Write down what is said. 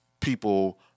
people